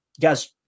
guys